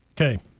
Okay